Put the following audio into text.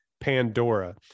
Pandora